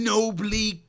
Nobly